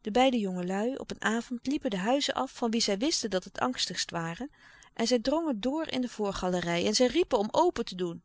de beide jongelui op een avond liepen de huizen af van wie zij wisten dat het angstigst waren en zij drongen door in de voorgalerij en zij riepen om open te doen